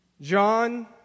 John